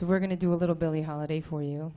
so we're going to do a little billie holiday for you